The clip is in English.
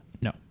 No